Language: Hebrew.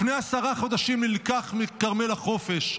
לפני עשרה חודשים נלקח מכרמל החופש.